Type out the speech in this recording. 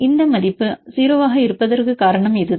இந்த மதிப்பு 0 ஆக இருப்பதற்கான காரணம் இதுதான்